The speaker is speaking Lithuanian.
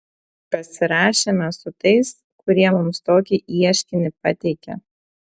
pasirašėme su tais kurie mums tokį ieškinį pateikė